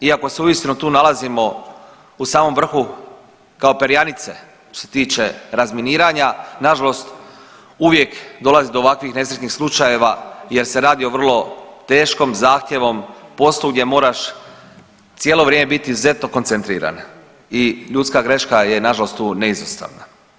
Iako se uistinu tu nalazimo u samom vrhu kao perjanice što se tiče razminiranja nažalost uvijek dolazi do ovakvih nesretnih slučajeva jer se radi o vrlo teškom i zahtjevnom poslu gdje moraš cijelo vrijeme biti izuzetno koncentriran i ljudska greška je nažalost tu neizostavna.